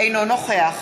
אינו נוכח